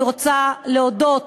אני רוצה להודות